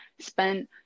spent